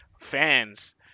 fans